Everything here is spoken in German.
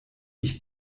ich